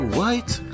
white